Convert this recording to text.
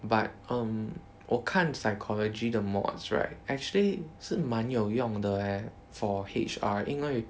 but um 我看 psychology the mods right actually 是蛮有用的 eh for H_R 因为